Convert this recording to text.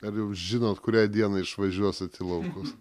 ar jau žinot kurią dieną išvažiuosit į laukus